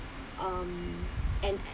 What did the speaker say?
um and